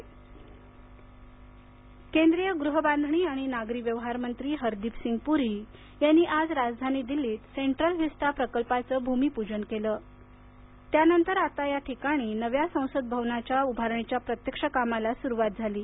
हरदीप सिंग पुरी केंद्रीय गृहबांधणी आणि नागरी व्यवहार मंत्री हरदीप सिंग पुरी यांनी आज राजधानी दिल्लीत सेंट्रल व्हिस्टा प्रकल्पाचं भूमिपूजन केलं त्यानंतर आता या ठिकाणी नव्या संसद भवनाच्या उभारणीच्या प्रत्यक्ष कामाला सुरुवात झाली आहे